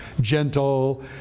gentle